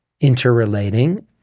interrelating